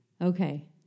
Okay